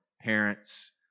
parents